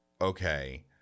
okay